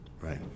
right